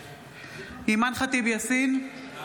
בהצבעה אימאן ח'טיב יאסין,